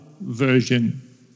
version